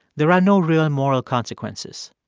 there are no real moral consequences.